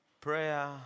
prayer